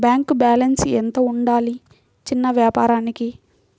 Bank balance ఎంత ఉండాలి చిన్న వ్యాపారానికి?